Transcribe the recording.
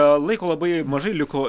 laiko labai mažai liko